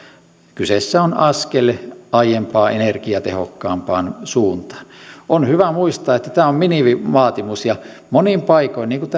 kyseessä on askel aiempaa energiatehokkaampaan suuntaan on hyvä muistaa että tämä on minimivaatimus ja monin paikoin niin kuin